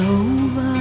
over